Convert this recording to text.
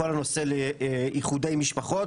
בכל נושא איחודי משפחות.